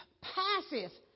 Passes